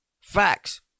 Facts